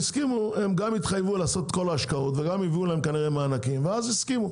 גם התחייבו לעשות את כל ההשקעות וגם הביאו להם כנראה מענקים והסכימו.